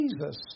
Jesus